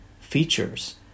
features